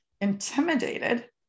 intimidated